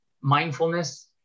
mindfulness